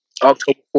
October